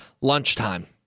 lunchtime